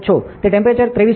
તે ટેમ્પરેચર 23